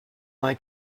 like